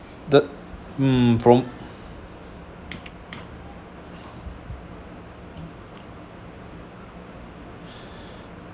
the hmm from